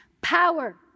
Power